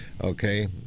Okay